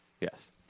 Yes